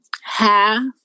half